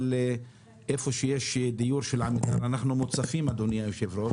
אבל איפה שיש דיור של עמותה אנחנו מוצפים אדוני היושב ראש